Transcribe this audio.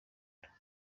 inyuma